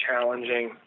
challenging